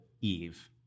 Eve